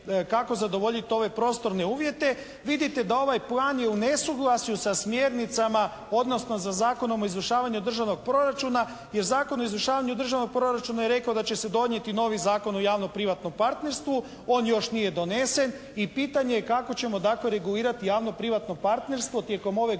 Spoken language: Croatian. kako zadovoljiti ove prostorne uvjete, vidite da je ovaj plan u nesuglasju sa smjernicama, odnosno sa Zakonom o izvršavanju državnog proračuna, jer Zakon o izvršavanju državnog proračuna je rekao da će se donijeti novi Zakon o javno-privatnom partnerstvu. On još nje donesen i pitanje je kako ćemo tako regulirati javno-privatno partnerstvo tijekom ove godine